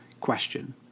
question